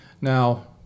Now